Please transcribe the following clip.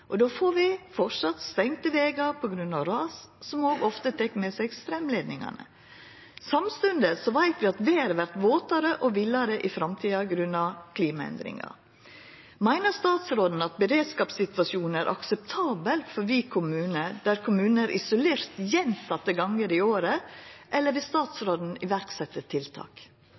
og då får vi framleis stengde vegar på grunn av ras, som òg ofte tek med seg straumleidningane. Samstundes veit vi at vêret vert våtare og villare i framtida grunna klimaendringar. Meiner statsråden at beredskapssituasjonen er akseptabel for Vik kommune, der kommunen er isolert gjentekne gonger i året, eller vil statsråden setja i verk tiltak?